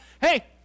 Hey